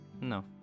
no